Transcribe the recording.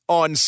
on